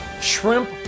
shrimp